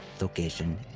location